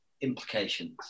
implications